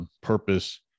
purpose